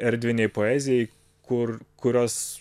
erdvinei poezijai kur kurios